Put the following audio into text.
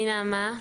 אני נעמה,